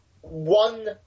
one